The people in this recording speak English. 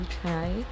try